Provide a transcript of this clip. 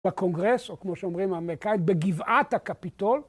בקונגרס, או כמו שאומרים האמריקאים, בגבעת הקפיטול.